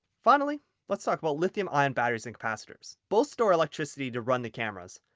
finally let's talk about lithium-ion batteries and capacitors. both store electricity to run the cameras.